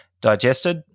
digested